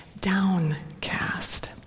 downcast